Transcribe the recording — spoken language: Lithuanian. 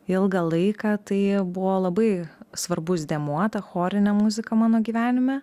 ilgą laiką tai buvo labai svarbus dėmuo chorinė muzika mano gyvenime